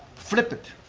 flip it.